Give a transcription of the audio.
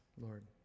Lord